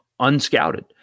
unscouted